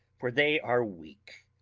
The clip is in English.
for they are weak,